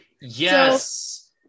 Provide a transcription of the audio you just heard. Yes